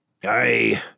Hey